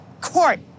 court